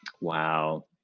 Wow